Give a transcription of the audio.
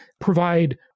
provide